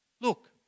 Look